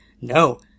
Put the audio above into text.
no